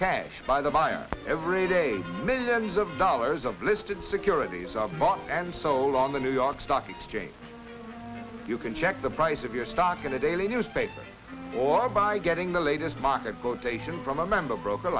cash by the buyer every day millions of dollars of listed securities are bought and sold on the new york stock exchange you can check the price of your stock in a daily newspaper or by getting the latest market go to him from a member broker